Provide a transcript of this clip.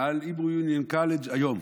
על היברו יוניון קולג' היום,